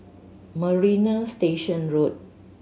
Marina Station Road